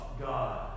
God